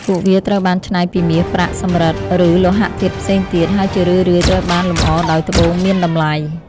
ពួកវាត្រូវបានច្នៃពីមាស ប្រាក់ សំរឹទ្ធិ ឬលោហៈធាតុផ្សេងទៀត ហើយជារឿយៗត្រូវបានលម្អដោយត្បូងមានតម្លៃ។